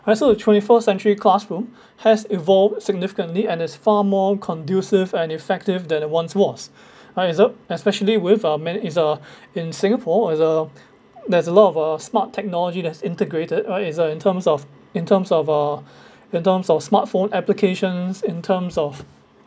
right so the twenty-first-century classroom has evolved significantly and is far more conducive and effective than it once was right uh so especially with our men is uh in singapore as uh there's a lot of uh smart technology that's integrated right it's uh in terms of in terms of uh in terms of smart phone applications in terms of